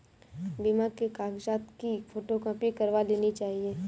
बीमा के कागजात की फोटोकॉपी करवा लेनी चाहिए